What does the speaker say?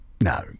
no